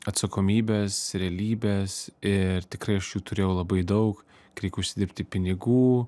atsakomybės realybės ir tikrai aš jų turėjau labai daug kai reik užsidirbti pinigų